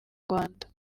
rwanda